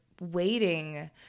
waiting